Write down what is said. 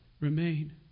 remain